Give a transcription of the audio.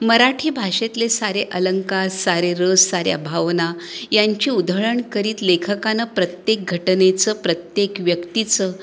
मराठी भाषेतले सारे अलंकार सारे रस साऱ्या भावना यांची उधळण करीत लेखकांनं प्रत्येक घटनेचं प्रत्येक व्यक्तीचं